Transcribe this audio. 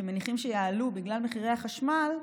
שמניחים שיעלו בגלל מחירי החשמל: